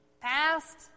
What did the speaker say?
past